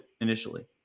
initially